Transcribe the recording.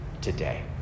today